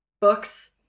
books